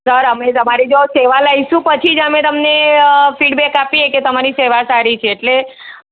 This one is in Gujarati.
સર અમે તમારી જો સેવા લઈશું પછી જ તમને ફીડબેક આપીએ કે સેવા સારી છે એટલે